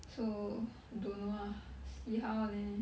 so don't know ah see how leh